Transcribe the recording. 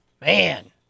Man